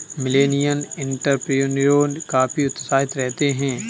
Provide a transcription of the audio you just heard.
millennial entrepreneur काफी उत्साहित रहते हैं